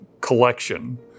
collection